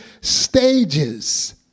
stages